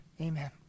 Amen